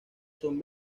son